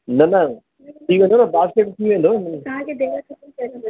न न थी वेंदो न बास्केट थी वेंदो न